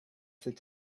sit